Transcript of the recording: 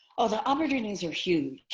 oh, the opportunities are huge.